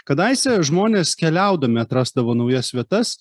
kadaise žmonės keliaudami atrasdavo naujas vietas